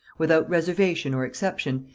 without reservation or exception,